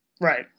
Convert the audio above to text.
right